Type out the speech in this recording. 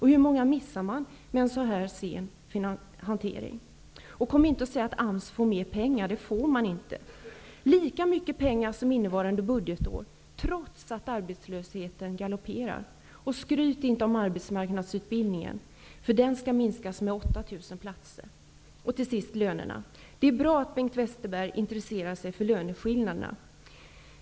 Hur många missar man med denna sena hantering? Kom inte och säg att AMS får mer pengar! Det får man inte. Man får lika mycket pengar som innevarande budgetår, trots att arbetslösheten galopperar. Skryt inte om arbetsmarknadsutbildningen! Den skall minskas med 8 000 platser. Till sist lönerna. Det är bra att Bengt Westerberg intresserar sig för löneskillnaderna.